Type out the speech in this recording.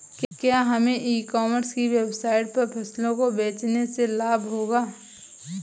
क्या हमें ecommerce की वेबसाइट पर फसलों को बेचने से लाभ होगा?